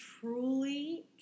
truly